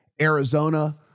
Arizona